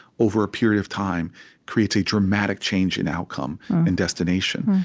over a period of time creates a dramatic change in outcome and destination.